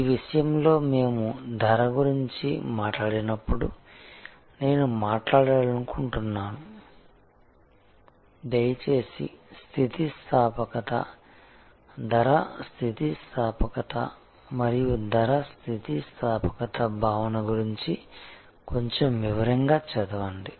ఈ విషయంలో మేము ధర గురించి మాట్లాడినప్పుడు నేను మాట్లాడాలనుకుంటున్నాను దయచేసి స్థితిస్థాపకత ధర స్థితిస్థాపకత మరియు ధర స్థితిస్థాపకత భావన గురించి కొంచెం వివరంగా చదవండి